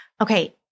Okay